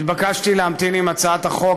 התבקשתי להמתין עם הצעת החוק.